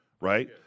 Right